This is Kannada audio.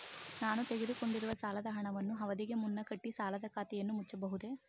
ನಾನು ತೆಗೆದುಕೊಂಡಿರುವ ಸಾಲದ ಹಣವನ್ನು ಅವಧಿಗೆ ಮುನ್ನ ಕಟ್ಟಿ ಸಾಲದ ಖಾತೆಯನ್ನು ಮುಚ್ಚಬಹುದೇ?